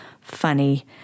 funny